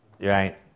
right